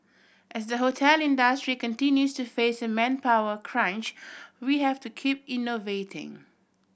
as the hotel industry continues to face a manpower crunch we have to keep innovating